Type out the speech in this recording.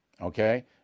Okay